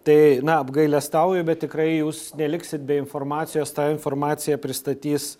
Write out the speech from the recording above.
tai na apgailestauju bet tikrai jūs neliksit be informacijos tą informaciją pristatys